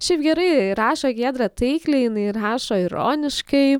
šiaip gerai rašo giedra taikliai jinai rašo ironiškai